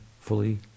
fully